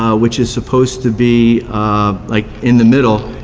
ah which is supposed to be um like in the middle,